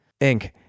Inc